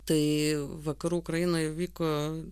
tai vakarų ukrainoj vyko